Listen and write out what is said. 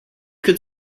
could